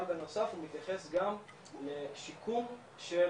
אבל בנוסף הוא מתייחס גם לשיקום של